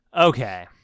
Okay